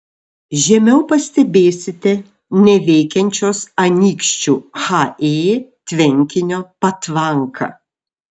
žemiau pastebėsite neveikiančios anykščių he tvenkinio patvanką